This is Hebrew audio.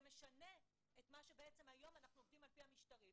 זה משנה את מה שבעצם היום אנחנו עובדים על פי המשטרים.